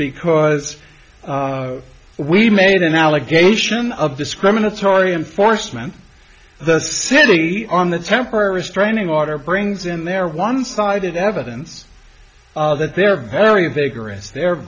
because we made an allegation of discriminatory enforcement the sitting on the temporary restraining order brings in their one sided evidence that there are very vigorous they're